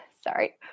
sorry